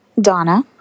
Donna